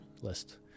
list